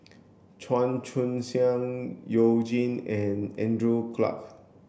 Chan Chun Sing You Jin and Andrew Clarke